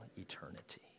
eternity